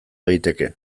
daiteke